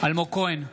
אלמוג כהן,